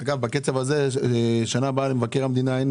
בקצב הזה למבקר המדינה בשנה הבאה לא תהיה